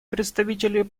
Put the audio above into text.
представителей